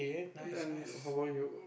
and then how bout you